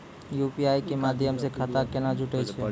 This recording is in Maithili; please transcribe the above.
यु.पी.आई के माध्यम से खाता केना जुटैय छै?